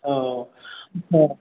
औ